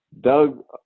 Doug